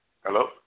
Hello